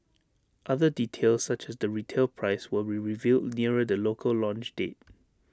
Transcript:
other details such as the retail price will be revealed nearer the local launch date